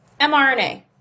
mRNA